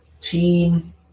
team